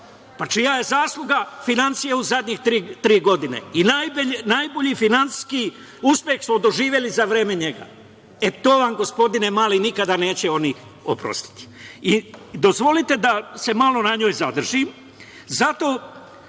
pa čija je zasluga finansije u zadnjih tri godine? Najbolji finansijski uspeh smo doživeli za vreme njega. E, to vam, gospodine Mali, nikada neće oni oprostiti. Dozvolite da se malo na njoj zadržim.